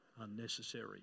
Unnecessary